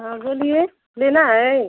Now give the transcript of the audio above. हाँ बोलिए लेना है